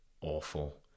awful